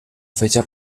fecha